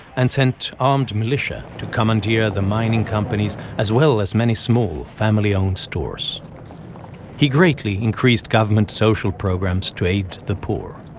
and sent armed militia to commandeer the mining companies as well as many small, family-owned stores he greatly increased government social programs to aid the poor.